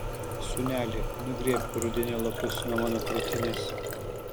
sūneli nugrėbk rudenio lapus nuo mano krūtinės